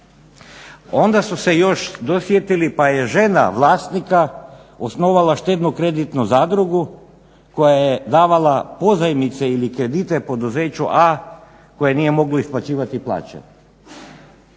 Onda su se još dosjetili pa je žena vlasnika osnovala štedno-kreditnu zadrugu koja je davala pozajmice ili kredite poduzeću A koje nije moglo isplaćivati plaće